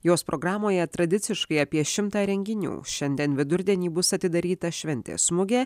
jos programoje tradiciškai apie šimtą renginių šiandien vidurdienį bus atidaryta šventės mugė